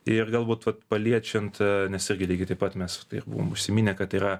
ir galbūt vat paliečiant nes irgi lygiai taip pat mes buvom užsiminę kad tai yra